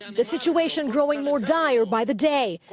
um the situation growing more dire by the day.